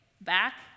back